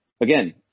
again